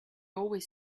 always